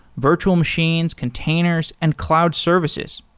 virtual machines, containers and cloud services.